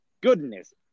goodness